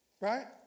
Right